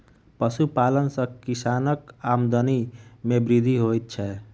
पशुपालन सॅ किसानक आमदनी मे वृद्धि होइत छै